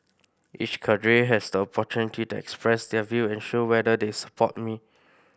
each cadre has the opportunity to express their view and show whether they support me